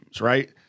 right